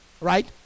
right